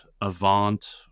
Avant